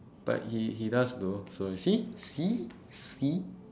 but he he does though so you see see see